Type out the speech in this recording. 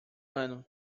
ano